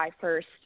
first